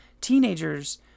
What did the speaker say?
Teenagers